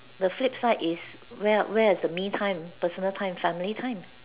the flip side is where are where is the me time personal time family time